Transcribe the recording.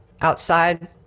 outside